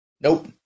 nope